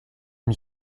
m’y